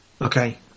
Okay